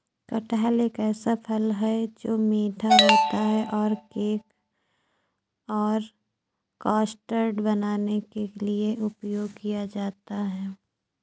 कटहल एक ऐसा फल है, जो मीठा होता है और केक और कस्टर्ड बनाने के लिए उपयोग किया जाता है